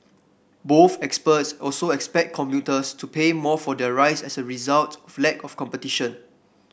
both experts also expect commuters to pay more for their rides as a result the lack of competition